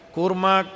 Kurma